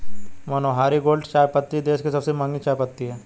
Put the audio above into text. मनोहारी gold चायपत्ती देश की सबसे महंगी चायपत्ती है